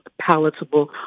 palatable